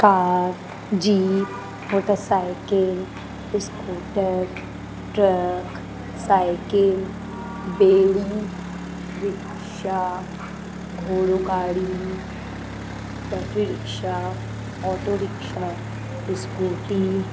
car jeep motorcycle scooter truck cycle ॿेड़ी rickshaw घोड़ो गाड़ी battery rickshaw auto rickshaw scooty